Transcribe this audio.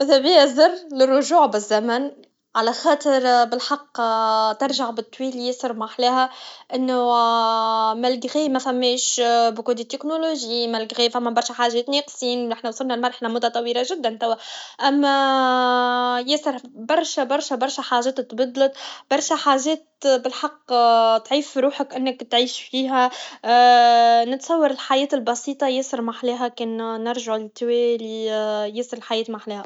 مذابيا زر للرجوع بالزمن علاخاطر بالحق ترجع بالتويل ياسر محلاها انو ملجغي مثماش بوكودي تكنولوجي ملجغي ثم برشه حاجات ناقصين نحنا وصلنا لمرحله متطوره جدا توه اما اما ياسر برشه برشه حاجات تبدلت برشه حاجات بالحق تعيف روحك انك تعيش فيها نتصور الحياة البسيطه ياسر محلاها كان نلاجعو للتوالي ياسر الحياة محلاها